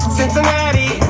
Cincinnati